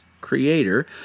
Creator